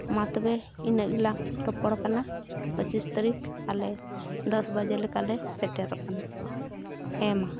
ᱢᱟ ᱛᱚᱵᱮ ᱤᱱᱟᱹᱜ ᱜᱮᱞᱟᱝ ᱨᱚᱯᱚᱲ ᱠᱟᱱᱟ ᱯᱚᱸᱪᱤᱥ ᱛᱟᱹᱨᱤᱠᱷ ᱟᱞᱮ ᱫᱚᱥ ᱵᱟᱡᱮ ᱞᱮᱠᱟᱞᱮ ᱥᱮᱴᱮᱨᱚᱜ ᱠᱟᱱᱟ ᱦᱮᱸ ᱢᱟ